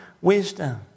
wisdom